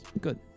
Good